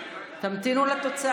נתקבל.